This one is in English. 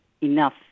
Enough